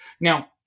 Now